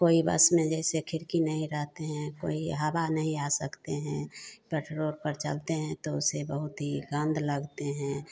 कोई बस में जैसे खिड़की नहीं रहती है कोई हवा नहीं आ सकती है पेट्रोल पर चलती है तो उससे बहुत ही गन्ध लगती है